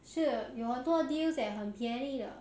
是有多 deals eh 很便宜的